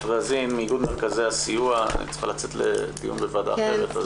רזין מאיגוד מרכזי הסיוע שצריכה לצאת לדיון בוועדה אחרת.